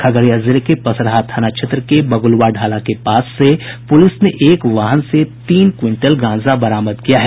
खगड़िया जिले के पसराहा थाना क्षेत्र के बगुलवा ढाला के पास से पुलिस ने एक वाहन से तीन क्विंटल गांजा बरामद किया है